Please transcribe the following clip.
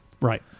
Right